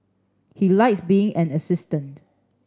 he likes being an assistant